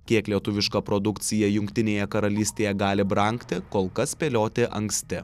kiek lietuviška produkcija jungtinėje karalystėje gali brangti kol kas spėlioti anksti